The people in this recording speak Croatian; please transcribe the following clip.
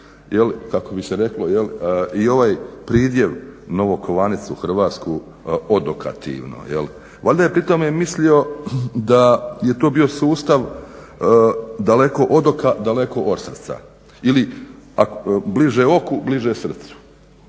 kako bi se reklo i ovaj pridjev, novokovanicu Hrvatsku odokativno. Valjda je pri tome mislio da je to bio sustav daleko od oko, dakle od srca ili bliže oku, bliže srcu,